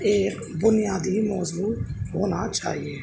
ایک بنیادی موضوع ہونا چاہیے